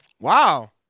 Wow